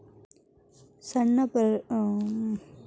ಸಣ್ಣ ವ್ಯಾಪಾರ ಮಾಡೋರಿಗೆ ಕಡಿಮಿ ಬಡ್ಡಿ ದರದಾಗ್ ಸಾಲಾ ಸಿಗ್ತದಾ?